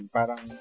parang